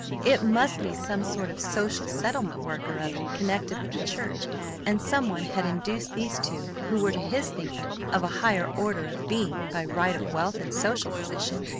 it must be some sort of social settlement work or other connected with the church and someone had induced these two who were to his thinking of a higher order of being by right of wealth and social position,